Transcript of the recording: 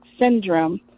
syndrome